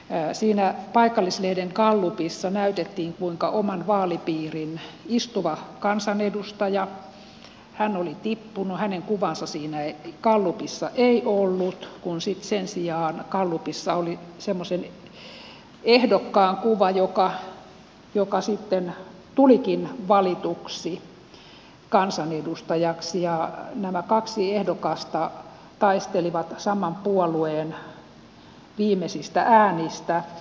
siinä paikallislehden gallupissa näytettiin kuinka oman vaalipiirini istuva kansanedustaja oli tippunut hänen kuvaansa siinä gallupissa ei ollut kun sitten sen sijaan gallupissa oli semmoisen ehdokkaan kuva joka sitten tulikin valituksi kansanedustajaksi ja nämä kaksi ehdokasta taistelivat saman puolueen viimeisistä äänistä